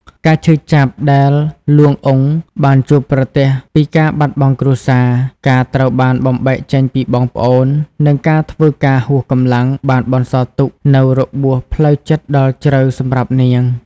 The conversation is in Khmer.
ការឈឺចាប់ដែល លួង អ៊ុង បានជួបប្រទះពីការបាត់បង់គ្រួសារ ការត្រូវបានបំបែកចេញពីបងប្អូន និងការធ្វើការហួសកម្លាំងបានបន្សល់ទុកនូវរបួសផ្លូវចិត្តដ៏ជ្រៅសម្រាប់នាង។